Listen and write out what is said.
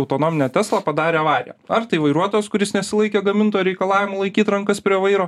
autonominė tesla padarė avariją ar tai vairuotojas kuris nesilaikė gamintojo reikalavimų laikyt rankas prie vairo